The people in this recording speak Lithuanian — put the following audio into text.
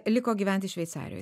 liko gyventi šveicarijoj